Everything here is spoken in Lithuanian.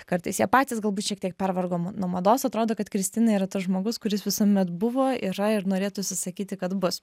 kartais jie patys galbūt šiek tiek pervargo nuo mados atrodo kad kristina yra tas žmogus kuris visuomet buvo yra ir norėtųsi sakyti kad bus